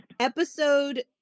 Episode